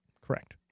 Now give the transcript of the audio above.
Correct